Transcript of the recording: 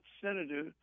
senator